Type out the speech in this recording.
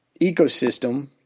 ecosystem